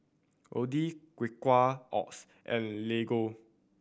Odlo Quaker Oats and Lego